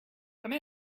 come